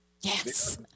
Yes